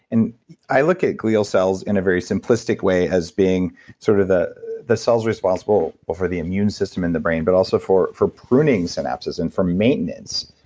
and i look at glial cells in a very simplistic way as being sort of the the cells responsible but for the immune system in the brain but also for for pruning synapsis, and for maintenance.